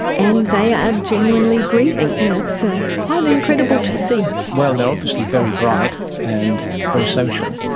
and they are genuinely grieving. and it's ah it's quite incredible to see. well, they are obviously very bright and very social.